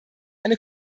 eine